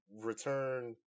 Return